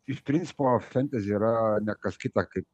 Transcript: iš principo fentezi yra ne kas kita kaip